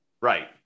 Right